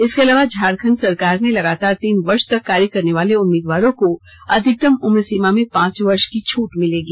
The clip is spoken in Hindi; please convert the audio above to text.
इसके अलावा झारखंड सरकार में लगातार तीन वर्ष तक कार्य करनेवाले उम्मीदवारों को अधिकतम उम्रसीमा में पांच वर्ष की छूट मिलेगी